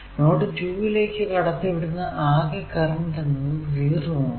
node 2 ലേക്ക് കടത്തി വിടുന്ന ആകെ കറന്റ് എന്നത് 0 ആണ്